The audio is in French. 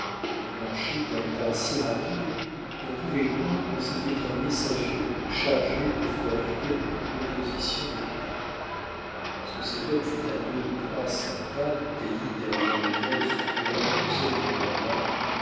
il marchait d'un pas si rapide qu'on pouvait croire que c'était un messager chargé de faire quelques propositions de paix lorsque cet homme fut à deux ou trois cents pas du taillis derrière lequel se tenait le conseil des delawares il